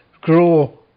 grow